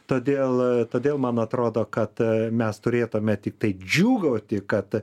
todėl todėl man atrodo kad mes turėtume tiktai džiūgauti kad